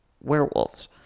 werewolves